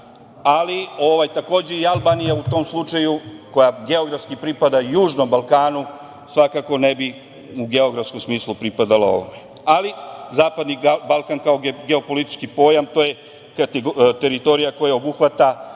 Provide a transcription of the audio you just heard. ali takođe i Albanija u tom slučaju, koja geografski pripada južnom Balkanu, svakako ne bi u geografskom smislu pripadala ovde. Ali, Zapadni Balkan, kao geopolitički pojam, to je teritorija koja obuhvata